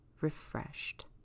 refreshed